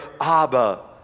Abba